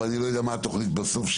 אבל אני לא יודע מה התוכנית שתהיה בסוף.